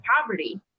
poverty